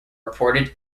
reported